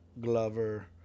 Glover